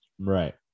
right